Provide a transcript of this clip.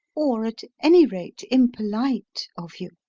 or at any rate impolite, of you?